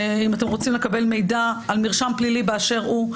אם אתם רוצים לקבל מידע על מרשם פלילי באשר הוא,